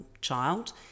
child